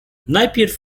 najpierw